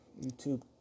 YouTube